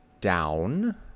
down